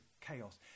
chaos